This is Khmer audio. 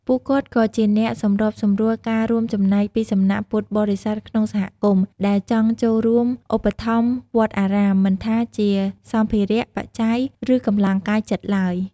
ពួកគាត់ក៏ជាអ្នក សម្របសម្រួលការរួមចំណែក ពីសំណាក់ពុទ្ធបរិស័ទក្នុងសហគមន៍ ដែលចង់ចូលរួមឧបត្ថម្ភវត្តអារាម មិនថាជាសម្ភារៈ បច្ច័យ ឬកម្លាំងកាយចិត្តឡើយ។